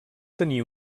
tenir